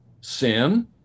sin